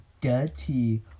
dirty